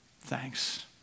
thanks